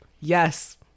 yes